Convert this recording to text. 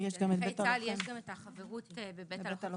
גם חברות בבית הלוחם,